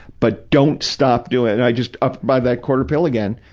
but don't stop doing it. and i just upped by that quarter pill again.